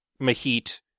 Mahit